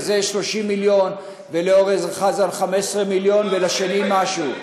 לזה 30 מיליון ולאורן חזן 15 מיליון ולשני משהו,